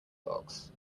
dogs